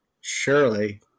Surely